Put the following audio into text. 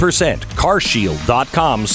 carshield.com